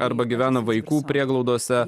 arba gyvena vaikų prieglaudose